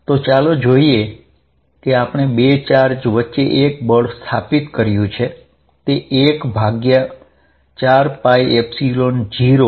તો ચાલો આપણે જે સ્થાપિત કર્યું છે તે જોઈએ